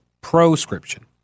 Proscription